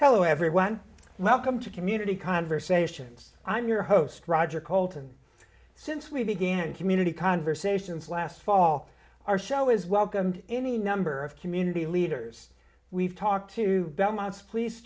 hello everyone welcome to community conversations i'm your host roger colt and since we began community conversations last fall our show is welcomed in the number of community leaders we've talked to belmont's police